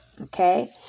Okay